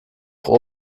auch